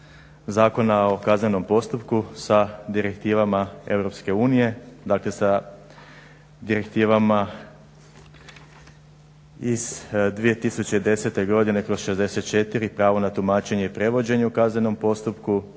Zakona o kaznenom postupku sa direktivama EU, dakle sa direktivama iz 2010.godine kroz 64 pravo na tumačenje i prevođenje u kaznenom postupku iz